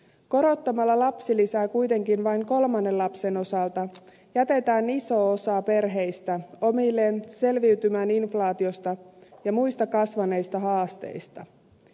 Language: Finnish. korottamalla lapsilisää kuitenkin vain kolmannen lapsen osalta jätetään iso osa perheistä omilleen selviytymään inflaatiosta ja muista kasvaneista haasteista